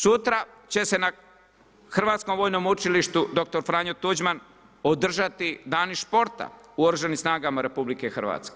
Sutra će se na Hrvatskom vojnom učilištu „dr. Franjo Tuđman“ održati „Dani sporta u Oružanim snagama RH“